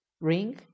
ring